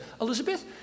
Elizabeth